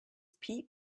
pete